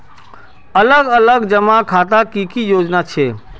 अलग अलग जमा खातार की की योजना छे?